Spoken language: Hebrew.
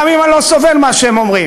גם אם אני לא סובל את מה שהם אומרים,